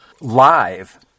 live